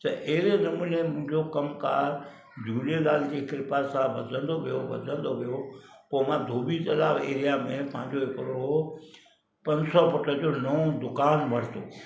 त अहिड़े नमूने मुंहिंजो कमकारु झूलेलाल जी कृपा सां वधंदो वियो वधंदो वियो पोइ मां धोबी तलाउ एरिया में पंहिंजो हिकिड़ो पंज सौ फुट जो नओ दुकानु वरितो